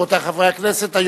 רבותי חברי הכנסת,